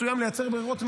לייצר ברירות מחדל.